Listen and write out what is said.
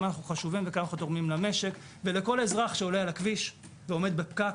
וכמה אנו תורמים למשק ולכל אזרח שעולה על הכביש ועומד בפקק,